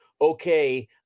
okay